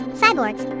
cyborgs